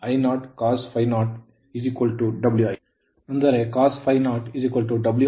ಅಂದರೆ cos ∅0 Wi V1 I0